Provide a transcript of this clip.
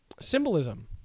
Symbolism